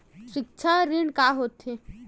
सिक्छा ऋण का होथे?